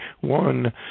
One